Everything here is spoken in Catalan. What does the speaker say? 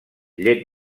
llet